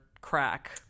crack